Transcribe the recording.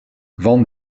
van